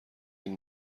این